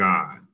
God